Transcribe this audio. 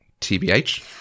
TBH